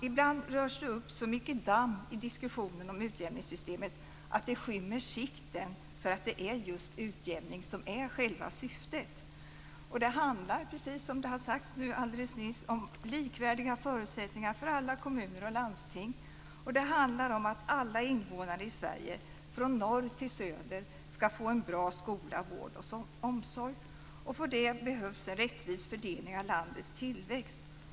Ibland rörs det upp så mycket damm i diskussionen om utjämningssystemet att det skymmer sikten för att det är just utjämning som är själva syftet. Det handlar, precis som det har sagts alldeles nyss, om likvärdiga förutsättningar för alla kommuner och landsting. Det handlar om att alla invånare i Sverige - från norr till söder - skall få en bra skola, vård och omsorg. För det behövs en rättvis fördelning av landets tillväxt.